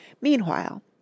Meanwhile